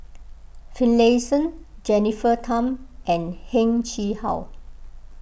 Finlayson Jennifer Tham and Heng Chee How